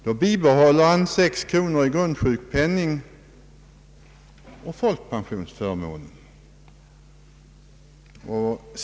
Då bibehåller han 6 kronor i grundsjukpenning samt folkpensionsförmåner.